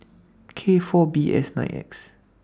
K four B S nine X